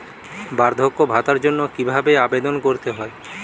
বার্ধক্য ভাতার জন্য কিভাবে আবেদন করতে হয়?